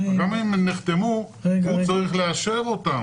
גם אם הם נחתמו, הוא צריך לאשר אותם.